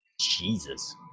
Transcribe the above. Jesus